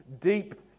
deep